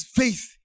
faith